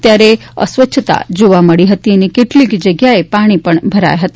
ત્યારે ત્યાં અસ્વચ્છતા જોવા મળી હતી અને કેટલીક જગ્યાએ પાણી પણ ભરાયા હતા